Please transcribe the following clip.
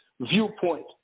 viewpoint